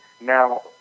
Now